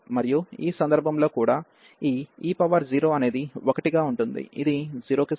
మరియు ఈ సందర్భంలో కూడా ఈ e0 అనేది 1 గా ఉంటుంది ఇది 0 కి సమానం కాదు